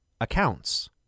accounts